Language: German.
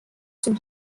zum